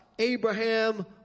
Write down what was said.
Abraham